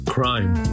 Crime